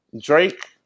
Drake